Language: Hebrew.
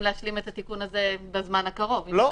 להשלים את התיקון הזה בזמן הקרוב --- לא,